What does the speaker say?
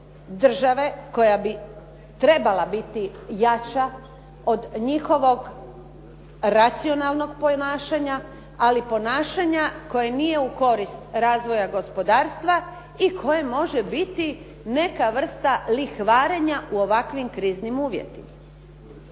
države koja bi trebala biti jača od njihovog racionalnog ponašanja, ali ponašanja koje nije u korist razvoja gospodarstva i koje može biti neka vrsta lihvarenja u ovakvim kriznim uvjetima.